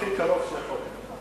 הכי קרוב שאני יכול.